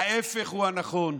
ההפך הוא הנכון.